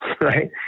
right